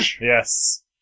Yes